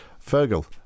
Fergal